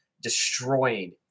destroying